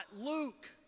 Luke